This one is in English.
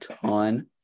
ton